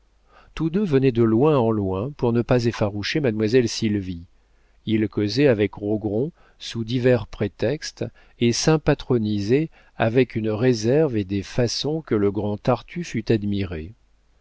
tous deux venaient de loin en loin pour ne pas effaroucher mademoiselle sylvie ils causaient avec rogron sous divers prétextes et s'impatronisaient avec une réserve et des façons que le grand tartufe eût admirées